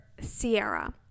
Sierra